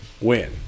win